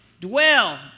dwell